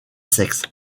sexe